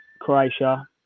Croatia